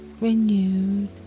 renewed